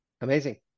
Amazing